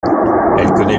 connaît